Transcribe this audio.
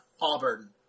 Auburn